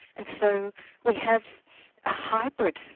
and so we have a hybrid,